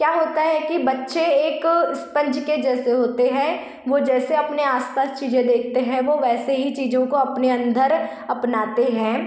क्या होता है कि बच्चे एक स्पंज के जैसे होते हैं वह जैसे अपने आसपास चीज़ें देखते हैं वह वैसे ही चीज़ों को अपने अंदर अपनाते हैं